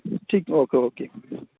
ٹھیک okay okay